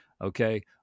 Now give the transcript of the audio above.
Okay